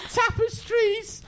tapestries